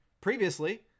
previously